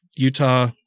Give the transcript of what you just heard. Utah